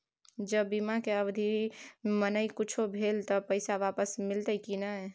ज बीमा के अवधि म नय कुछो भेल त पैसा वापस मिलते की नय?